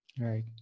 Right